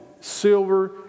silver